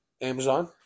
Amazon